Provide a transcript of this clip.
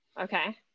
Okay